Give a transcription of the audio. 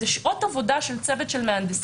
זה שעות עבודה של צוות של מהנדסים.